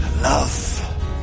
Love